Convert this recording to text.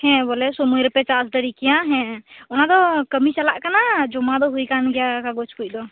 ᱦᱮᱸ ᱵᱚᱞᱮ ᱥᱚᱢᱚᱭ ᱨᱮᱯᱮ ᱪᱟᱥ ᱫᱟ ᱲᱮ ᱠᱮᱭᱟ ᱦᱮᱸ ᱚᱱᱟᱫᱚ ᱠᱟ ᱢᱤ ᱪᱟᱞᱟᱜ ᱠᱟᱱᱟ ᱡᱚᱢᱟᱫᱚ ᱦᱩᱭ ᱟᱠᱟᱱ ᱜᱮᱭᱟ ᱠᱟᱜᱚᱡ ᱠᱚᱫᱚ